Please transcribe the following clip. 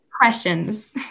questions